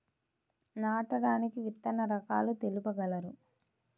నాటడానికి విత్తన రకాలు తెలుపగలరు?